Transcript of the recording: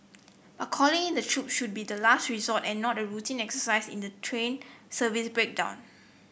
but calling in the troops should be the last resort and not a routine exercise in a train service breakdown